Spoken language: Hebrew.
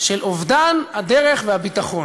של אובדן הדרך והביטחון.